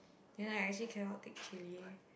then I actually cannot take chilli